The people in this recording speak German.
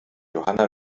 johanna